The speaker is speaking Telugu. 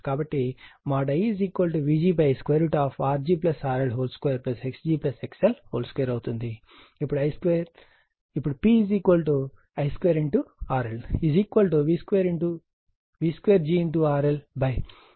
కాబట్టి IVgRg RL2Xg XL2 అవుతుంది